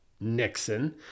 Nixon